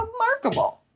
remarkable